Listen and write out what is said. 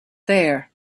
there